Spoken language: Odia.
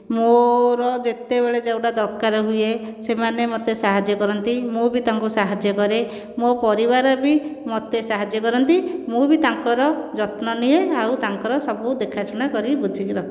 ମୋର ଯେତେବେଳେ ଯେଉଁଟା ଦରକାର ହୁଏ ସେମାନେ ମତେ ସାହାଯ୍ୟ କରନ୍ତି ମୁଁ ବି ତାଙ୍କୁ ସାହାଯ୍ୟ କରେ ମୋ ପରିବାର ବି ମୋତେ ସାହାଯ୍ୟ କରନ୍ତି ମୁଁ ବି ତାଙ୍କର ଯତ୍ନ ନିଏ ଆଉ ତାଙ୍କର ସବୁ ଦେଖାଶୁଣା କରି ବୁଝିକି ରଖେ